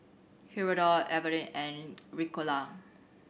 Hirudoid Avene and Ricola